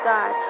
God